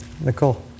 Nicole